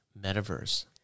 metaverse